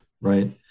right